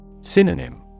Synonym